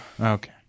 Okay